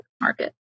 market